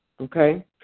okay